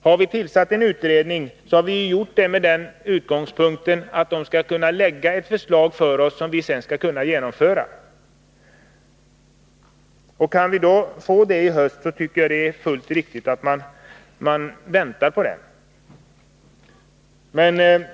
Har vi tillsatt en utredning har det ju skett med den utgångspunkten att utredningen skall kunna lägga fram ett förslag som skall genomföras. Kan förslaget föreligga i höst, anser jag att det är helt riktigt att vänta.